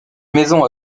maisons